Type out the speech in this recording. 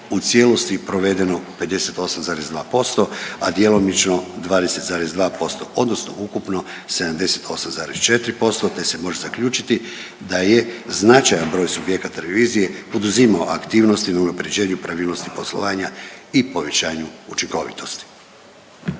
u cijelosti provedeno 58,2%, a djelomično 20,2% odnosno ukupno 78,4% te se može zaključiti da je značajan broj subjekata revizije poduzimao aktivnosti na unapređenju pravilnosti poslovanja i povećanju učinkovitosti.